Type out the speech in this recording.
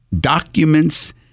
documents